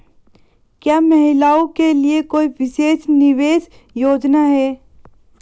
क्या महिलाओं के लिए कोई विशेष निवेश योजना है?